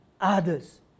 others